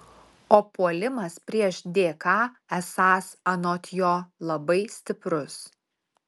o puolimas prieš dk esąs anot jo labai stiprus